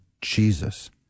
Jesus